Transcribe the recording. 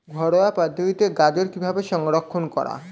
ঘরোয়া পদ্ধতিতে গাজর কিভাবে সংরক্ষণ করা?